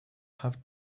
have